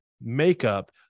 makeup